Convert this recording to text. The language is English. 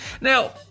Now